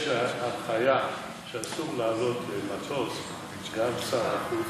את יודעת שיש הנחיה שאסור להעלות למטוס גם את שר החוץ,